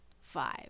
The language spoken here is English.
Five